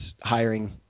hiring